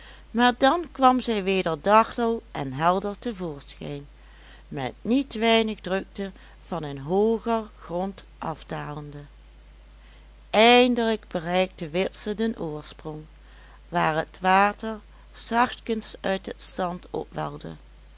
maar dan kwam zij weder dartel en helder te voorschijn met niet weinig drukte van een hooger grond afdalende eindelijk bereikte witse den oorsprong waar het water zachtkens uit het zand opwelde